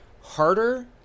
harder